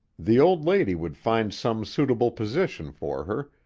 the old lady would find some suitable position for her,